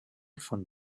von